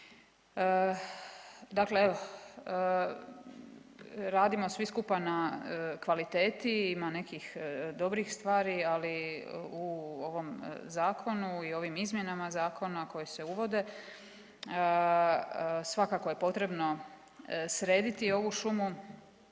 Dakle evo radimo svi skupa na kvaliteti, ima nekih dobrih stvari, ali u ovom zakonu i u ovim izmjenama zakona koje se uvode svakako je potrebno srediti ovu šumu